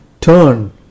turn